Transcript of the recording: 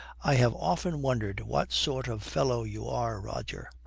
i have often wondered what sort of fellow you are, roger.